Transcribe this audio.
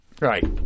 Right